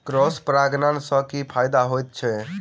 Cross परागण सँ की फायदा हएत अछि?